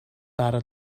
bara